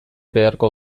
beharko